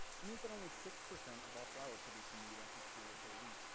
it means that only six percent of all flour produced in the u s. is truly whole wheat,